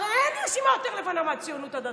הרי אין רשימה יותר לבנה מהציונות הדתית.